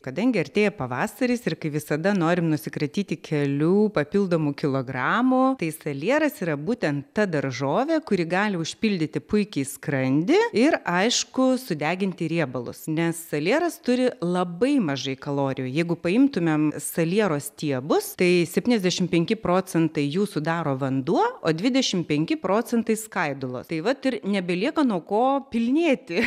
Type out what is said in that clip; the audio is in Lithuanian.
kadangi artėja pavasaris ir kaip visada norim nusikratyti kelių papildomų kilogramų tai salieras yra būtent ta daržovė kuri gali užpildyti puikiai skrandį ir aišku sudeginti riebalus nes salieras turi labai mažai kalorijų jeigu paimtumėm saliero stiebus tai septyniasdešimt penki procentai jų sudaro vanduo o dvidešimt penki procentai skaidulų tai vat ir nebelieka nuo ko pilnėti